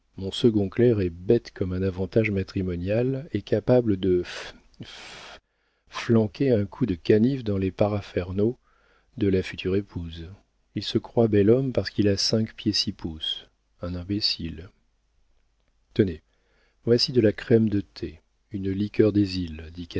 mon second clerc est bête comme un avantage matrimonial et capable de f f flanquer un coup de canif dans les paraphernaux de la future épouse il se croit bel homme parce qu'il a cinq pieds six pouces un imbécile tenez voici de la crème de thé une liqueur des îles